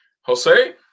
Jose